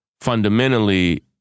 fundamentally